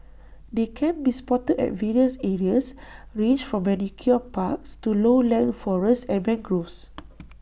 they can be spotted at various areas ranged from manicured parks to lowland forests and mangroves